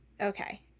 okay